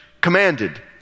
commanded